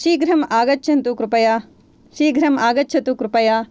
शीघ्रम् आगच्छन्तु कृपया शीघ्रम् आगच्छतु कृपया